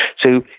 so,